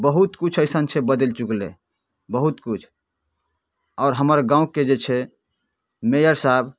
बहुत किछु अइसन छै जे बदलि चुकलै बहुत किछु आओर हमर गामके जे छै मेयर साहब